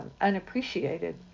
unappreciated